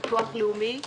ביטוח לאומי ורווחה?